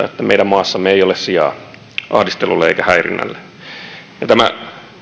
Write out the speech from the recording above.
että meidän maassamme ei ole sijaa ahdistelulle eikä häirinnälle tämä